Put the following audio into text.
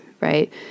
right